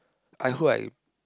I hope I